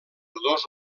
dos